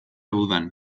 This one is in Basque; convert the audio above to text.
udan